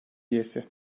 üyesi